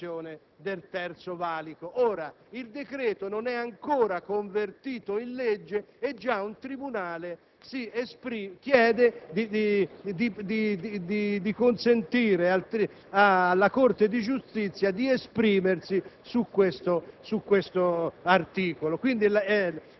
e la Slala; praticamente si tratta della realizzazione del Terzo valico. Ora, il decreto non è ancora convertito in legge e già un tribunale chiede di consentire